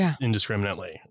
indiscriminately